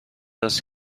است